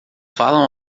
falam